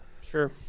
Sure